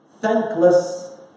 thankless